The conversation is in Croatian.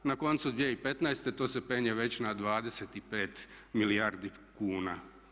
Na koncu 2015. to se penje već na 25 milijardi kuna.